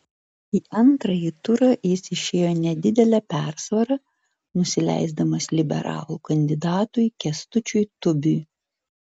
į antrąjį turą jis išėjo nedidele persvara nusileisdamas liberalų kandidatui kęstučiu tubiui